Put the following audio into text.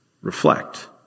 reflect